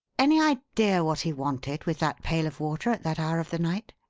any idea what he wanted with that pail of water at that hour of the night?